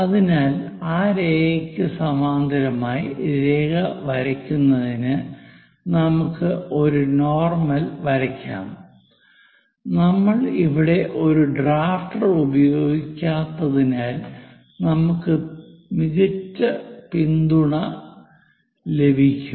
അതിനാൽ ആ രേഖക്ക് സമാന്തരമായി രേഖ വരയ്ക്കുന്നതിന് നമുക്ക് ഒരു നോർമൽ വരയ്ക്കാം നമ്മൾ ഇവിടെ ഒരു ഡ്രാഫ്റ്റർ ഉപയോഗിക്കാത്തതിനാൽ നമുക്ക് മികച്ച പിന്തുണ ലഭിക്കും